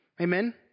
Amen